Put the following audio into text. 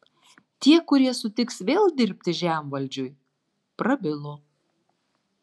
tie kurie sutiks vėl dirbti žemvaldžiui prabilo